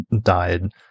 died